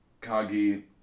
Kagi